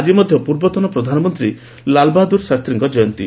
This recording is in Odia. ଆକି ମଧ୍ୟ ପୂର୍ବତନ ପ୍ରଧାନମନ୍ତୀ ଲାଲ୍ବାହାଦିର ଶାସ୍ତୀଙ୍ ଜୟନ୍ତୀ